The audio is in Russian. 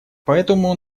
поэтому